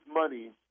money